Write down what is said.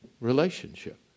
relationship